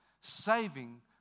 Saving